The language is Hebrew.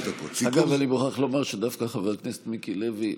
אני מוכרח לומר שדווקא חבר הכנסת מיקי לוי,